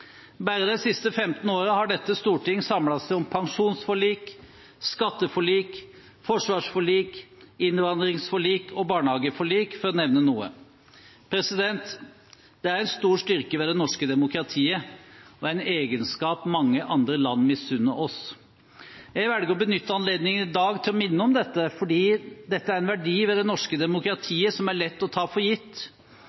Bare de siste 15 årene har Stortinget samlet seg om pensjonsforlik, skatteforlik, forsvarsforlik, innvandringsforlik og barnehageforlik, for å nevne noe. Dette er en stor styrke ved det norske demokratiet og en egenskap som mange andre land misunner oss. Jeg velger å benytte anledningen i dag til å minne om dette, fordi dette er en verdi ved det norske